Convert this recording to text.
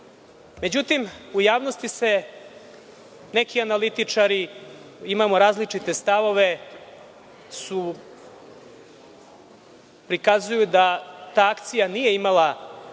droga.Međutim, u javnosti se neki analitičari, imamo različite stavove prikazuju da ta akcija nije imala